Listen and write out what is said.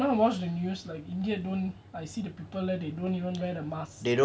india and US now I watch the news like india don't I see the people there they don't even wear the masks